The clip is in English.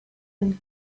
and